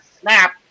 snap